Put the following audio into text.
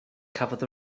cafodd